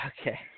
Okay